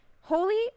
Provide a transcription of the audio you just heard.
Holy